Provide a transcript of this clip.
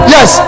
Yes